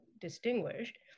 distinguished